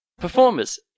performers